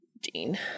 Dean